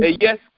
yes